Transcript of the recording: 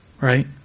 right